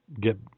get